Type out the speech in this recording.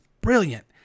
brilliant